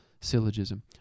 syllogism